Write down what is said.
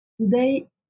today